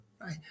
right